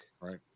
Right